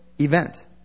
event